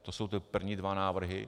To jsou první dva návrhy.